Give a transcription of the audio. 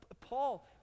Paul